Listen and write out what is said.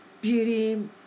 Beauty